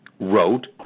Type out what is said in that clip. wrote